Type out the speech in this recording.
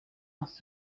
asked